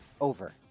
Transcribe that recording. over